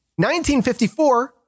1954